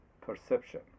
perception